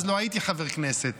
אז לא הייתי חבר כנסת,